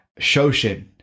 Shoshin